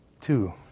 two